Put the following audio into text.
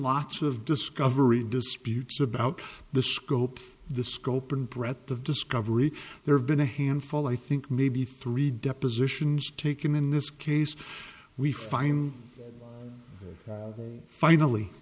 lots of discovery disputes about the scope of the scope and breadth of discovery there have been a handful i think maybe three depositions taken in this case we find all finally